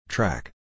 Track